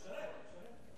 "נקבל את גזר-דין הבוחר".